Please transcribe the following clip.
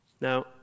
Now